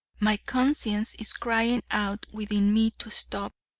my conscience is crying out within me to stop,